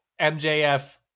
MJF